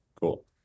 Cool